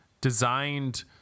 designed